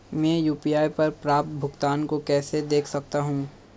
मैं यू.पी.आई पर प्राप्त भुगतान को कैसे देख सकता हूं?